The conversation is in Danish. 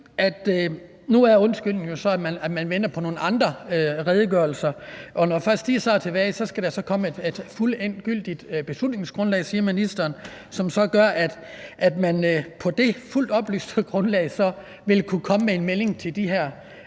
Nu er undskyldningen jo så, at man venter på nogle andre redegørelser, og først når de er tilbage, skal der så komme et endegyldigt beslutningsgrundlag, siger ministeren, som så gør, at man på baggrund af det fuldt oplyste grundlag vil kunne komme med en melding til de her